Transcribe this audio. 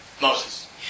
Moses